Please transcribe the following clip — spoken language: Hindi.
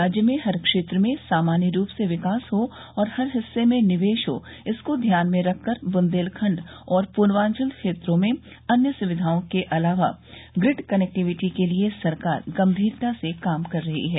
राज्य में हर क्षेत्र में सामान्य रूप से विकास हो और हर हिस्से में निवेश हो इसको ध्यान में रख कर बुन्देलखंड और पूर्वांचल क्षेत्रों में अन्य सुविधाओं के अलावा ग्रिड कनेक्टिविटी के लिये सरकार गंभीरता से काम कर रही है